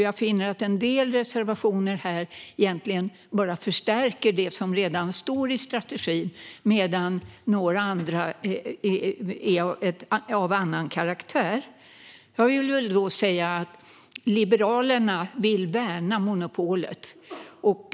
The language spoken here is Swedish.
Jag finner att en del reservationer här egentligen bara förstärker det som redan står i strategin medan några andra är av annan karaktär. Jag vill säga att Liberalerna vill värna monopolet.